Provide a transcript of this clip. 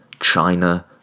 china